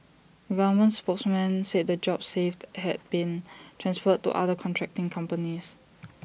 A government spokesman said the jobs saved had been transferred to other contracting companies